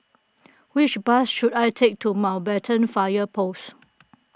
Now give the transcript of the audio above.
which bus should I take to Mountbatten Fire Post